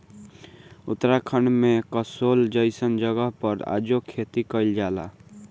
उत्तराखंड में कसोल जइसन जगह पर आजो खेती कइल जाला